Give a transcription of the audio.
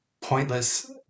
pointless